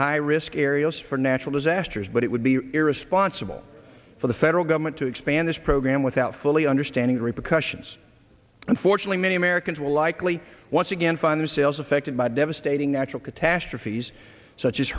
high risk areas for natural disasters but it would be irresponsible for the federal government to expand this program without fully understand the repercussions unfortunately many americans will likely once again find or sales affected by devastating natural catastrophes such as